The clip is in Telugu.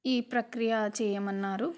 ఈ ప్రక్రియ చేయమన్నారు